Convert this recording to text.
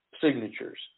signatures